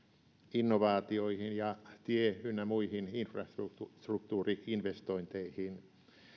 innovaatioihin ja tie ynnä muihin infrastruktuuri investointeihin